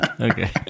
Okay